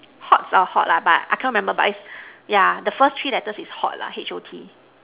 hots or hot lah but I can't remember but is yeah the first three letter is hot lah H_O_T